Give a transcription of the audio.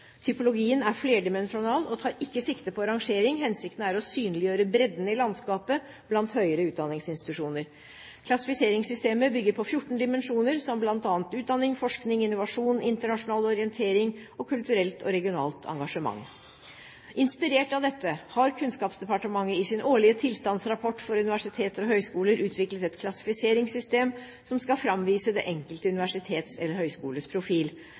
Typologien er flerdimensjonal og tar ikke sikte på rangering; hensikten er å synliggjøre bredden i landskapet blant høyere utdanningsinstitusjoner. Klassifiseringssystemet bygger på 14 dimensjoner, som bl.a. utdanning, forskning, innovasjon, internasjonal orientering og kulturelt og regionalt engasjement. Inspirert av dette har Kunnskapsdepartementet i sin årlige tilstandsrapport for universiteter og høyskoler utviklet et klassifiseringssystem som skal framvise det enkelte universitets eller